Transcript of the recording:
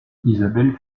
isabelle